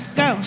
go